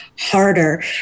harder